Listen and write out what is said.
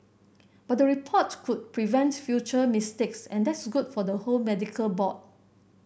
but the report could prevent future mistakes and that's good for the whole medical board